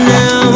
now